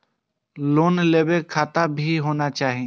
Loan लेबे में खाता भी होना चाहि?